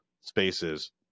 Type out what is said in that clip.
Spaces